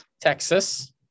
Texas